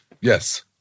yes